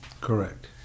Correct